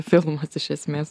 filmas iš esmės